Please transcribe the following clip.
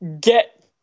get